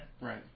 Right